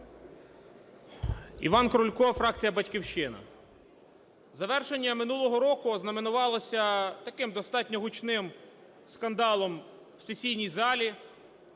Іван Крулько, фракція "Батьківщина". Завершення минулого року ознаменувалося таким достатньо гучним скандалом в сесійній залі